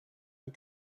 des